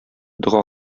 дога